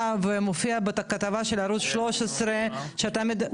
ומופיע בכתבה של ערוץ 13 שאתה מדבר.